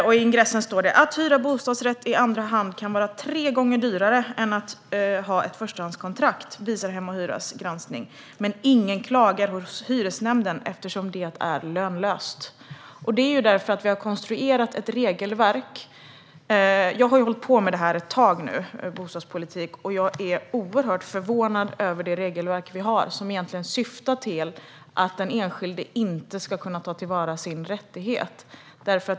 I ingressen står det: "Att hyra bostadsrätt i andra hand kan vara tre gånger dyrare än att ha ett förstahandskontrakt, visar vår granskning. Men ingen klagar hos hyresnämnden - eftersom det är lönlöst." Jag har hållit på med bostadspolitik ett tag nu, och jag är oerhört förvånad över det regelverk vi har och som egentligen syftar till att den enskilde inte ska kunna ta till vara sina rättigheter.